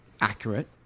accurate